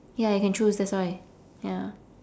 ya you can choose that's why ya